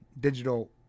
digital